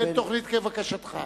אין תוכנית כבקשתך.